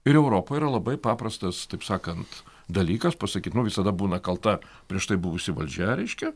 ir europoj yra labai paprastas taip sakant dalykas pasakyt nu visada būna kalta prieš tai buvusi valdžia reiškia